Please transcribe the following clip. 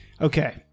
Okay